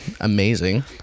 amazing